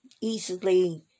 easily